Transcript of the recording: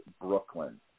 Brooklyn